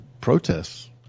protests